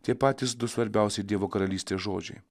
tie patys du svarbiausi dievo karalystės žodžiai